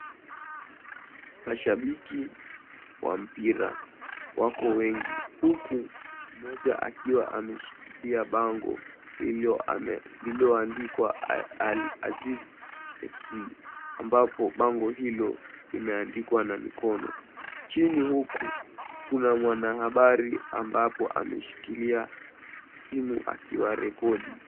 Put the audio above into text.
Mashabiki wa mpira wako wengi huku mmoja akiwa ameshikilia bango lililoandikwa Al Azizi ambapo bango hilo limeandikwa na mkono. Chini huku, kuna mwanahabari ambapo ameshikilia simu akiwarekodi.